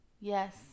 Yes